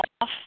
off